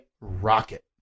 rocket